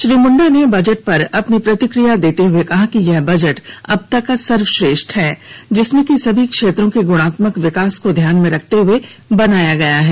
श्री मुंडा ने बजट पर अपनी प्रतिक्रिया देते हुए कहा कि यह बजट अबतक का सर्वश्रेष्ठ बजट है जिसमें कि सभी क्षेत्रों के गुणात्मक विकास को ध्यान में रखते हुए बनाया गया है